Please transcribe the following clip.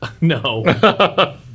No